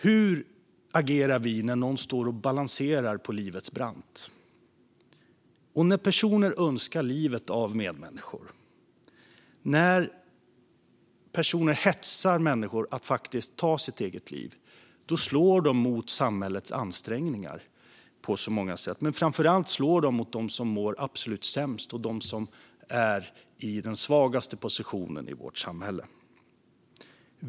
Hur agerar vi när någon står och balanserar på livets brant? När personer önskar livet av medmänniskor och hetsar människor att faktiskt ta sitt eget liv, då slår de mot samhällets ansträngningar på så många sätt. Men framför allt slår de mot dem som mår absolut sämst och dem som är i den svagaste positionen i vårt samhälle.